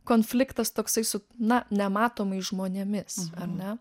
konfliktas toksai su na nematomais žmonėmis ar ne